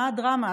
מה הדרמה?